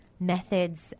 Methods